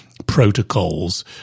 protocols